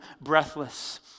breathless